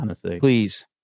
please